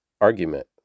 argument